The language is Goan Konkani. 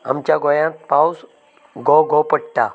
आमच्या गोंयांत पावस घो घो पडटा